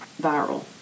viral